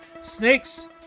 Snakes